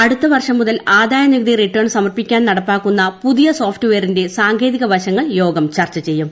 അടുത്ത വർഷം മുതൽ ആദായ നികുതി റിട്ടേൺസ് സമർപ്പിക്കാൻ നടപ്പാക്കുന്ന പുതിയ സോഫ്റ്റ് വെയറിന്റെ സാങ്കേതികവശങ്ങൾ യോഗം ചർച്ചചെയ്യും